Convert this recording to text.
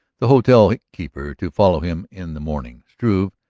the hotel keeper, to follow him. in the morning struve,